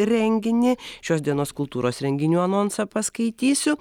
renginį šios dienos kultūros renginių anonsą paskaitysiu